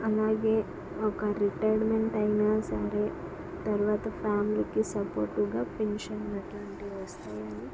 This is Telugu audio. అలాగే ఒక రిటైర్మెంట్ అయినా సరే తరవాత ఫామిలీకి సపోర్టివ్గా పింఛన్లు అట్లాంటివి వస్తాయి అని